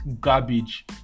garbage